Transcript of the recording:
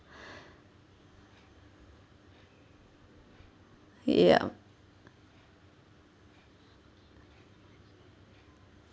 yup